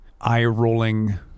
eye-rolling